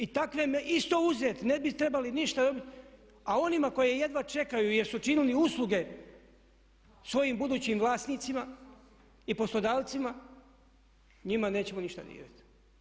I takve isto uzeti, ne bi trebali ništa dobiti, a onima koji jedva čekaju jer su učinili usluge svojim budućim vlasnicima i poslodavcima njima nećemo ništa dirati.